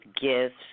gifts